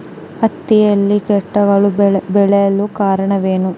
ಹತ್ತಿಯಲ್ಲಿ ಕೇಟಗಳು ಬೇಳಲು ಕಾರಣವೇನು?